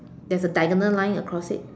there's a diagonal line across it